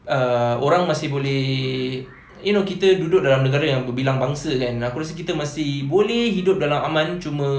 err orang masih boleh you know kita duduk dalam negara yang berbilang bangsa kan aku rasa kita masih boleh hidup dalam aman cuma